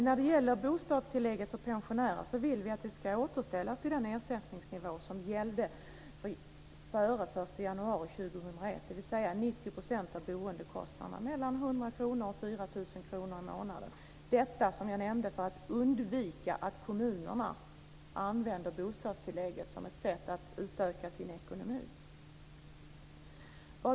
Vi vill att bostadstillägget för pensionärer ska återställas till den ersättningsnivå som gällde före den 1 januari 2001, dvs. 90 % av boendekostnaderna mellan 100 kr och 4 000 kr i månaden. Som jag nämnde bör detta göras för att undvika att kommunerna använder bostadstillägget som ett sätt att utöka sin ekonomi.